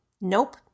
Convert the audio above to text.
Nope